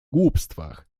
głupstwach